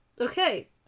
Okay